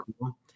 cool